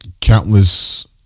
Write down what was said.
countless